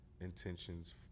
intentions